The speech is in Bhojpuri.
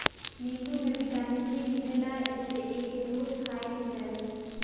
नीबू में विटामिन सी मिलेला एसे एके रोज खाए के चाही